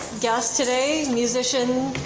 guest today, musician,